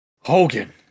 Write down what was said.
Hogan